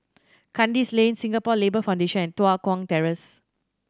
Kandis Lane Singapore Labour Foundation and Tua Kong Terrace